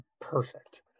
Perfect